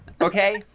Okay